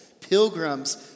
pilgrims